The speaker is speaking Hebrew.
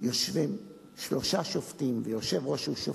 יושבים שלושה שופטים ויושב-ראש שהוא שופט,